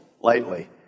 lightly